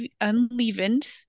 unleavened